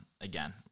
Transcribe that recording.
again